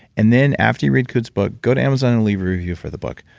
and then after you read kute's book, go to amazon and leave a review for the book,